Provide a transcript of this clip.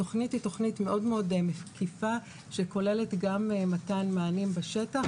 התכנית מאוד מקיפה וכוללת גם מתן מענים בשטח,